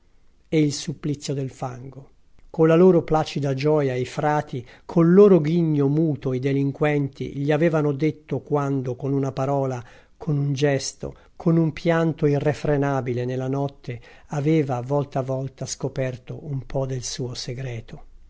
e il supplizio del fango colla loro placida gioia i frati col loro ghigno muto i delinquenti gli avevano detto quando con una parola con un gesto con un pianto irrefrenabile nella notte aveva volta a volta scoperto un po del suo segreto